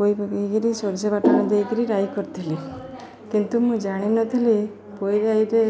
ପୋଇ ପକାଇ କିରି ସୋରିଷ ବାଟଣ ଦେଇ କରି ରାଇ କରିଥିଲି କିନ୍ତୁ ମୁଁ ଜାଣିନଥିଲି ପୋଇ ରାଇରେ